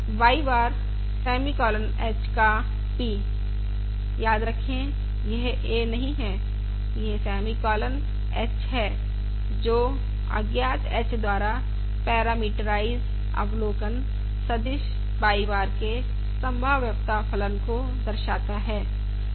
और y बार semicolon h का p याद रखें यह a नहीं है यह सेमीकालन h है जो अज्ञात h द्वारा पैरामीट्राइज अवलोकन सदिश y बार के संभाव्यता फलन को दर्शाता है